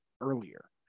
earlier